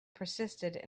persisted